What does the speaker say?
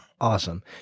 Awesome